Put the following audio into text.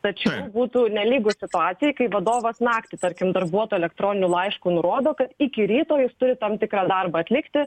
tačiau būtų nelygu situacijai kai vadovas naktį tarkim darbuotojui elektroniniu laišku nurodo kad iki ryto jis turi tam tikrą darbą atlikti